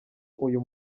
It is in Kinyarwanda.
uyu